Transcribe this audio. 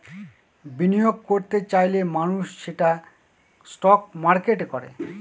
বিনিয়োগ করত চাইলে মানুষ সেটা স্টক মার্কেটে করে